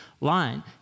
line